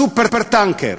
הסופר-טנקר.